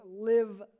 live